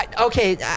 Okay